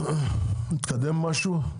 התקדם משהו?